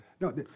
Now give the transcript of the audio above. No, –